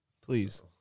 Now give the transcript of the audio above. Please